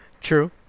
True